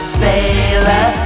sailor